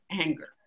anger